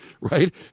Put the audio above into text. right